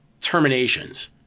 terminations